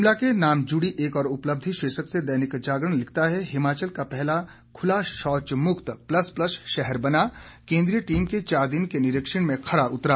शिमला के नाम जुड़ी एक और उपलब्धि शीर्षक से दैनिक जागरण लिखता है हिमाचल का पहला खूला शौच मुक्त प्लस प्लस शहर बना केंद्रीय टीम के चार दिन के निरीक्षण में खरा उतरा